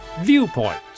Viewpoints